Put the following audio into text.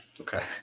Okay